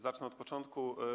Zacznę od początku.